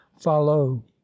follow